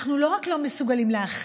אנחנו לא רק לא מסוגלים להכיל,